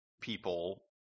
people